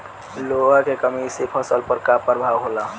लोहा के कमी से फसल पर का प्रभाव होला?